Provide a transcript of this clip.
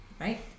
right